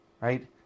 right